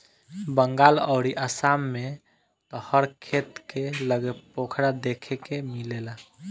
बंगाल अउरी आसाम में त हर खेत के लगे पोखरा देखे के मिलेला